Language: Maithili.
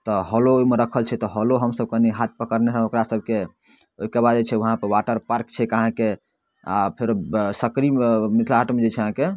तऽ हलो ओहिमे रखल छै तऽ हलो हमसब कनि हाथ पकड़ने रहलहुँ ओकरा सबके ओहिके बाद जे छै वहाँपर वाटर पार्क छैक अहाँके आओर फेरो सकड़ी मिथिला हाटमे जे छै अहाँके